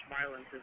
violence